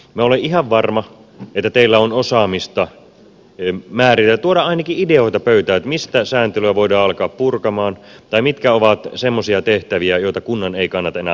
minä olen ihan varma että teillä on osaamista tuoda ainakin ideoita pöytään että mistä sääntelyä voidaan alkaa purkamaan tai mitkä ovat semmoisia tehtäviä joita kunnan ei kannata enää hoitaa